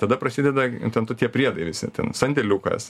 tada prasideda ten tu tie priedai visi ten sandėliukas